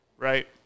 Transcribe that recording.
right